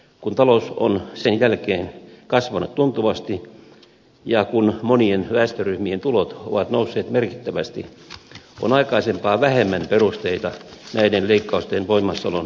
kun talous on sen jälkeen kasvanut tuntuvasti ja kun monien väestöryhmien tulot ovat nousseet merkittävästi on aikaisempaa vähemmän perusteita näiden leikkausten voimassaolon jatkamiseen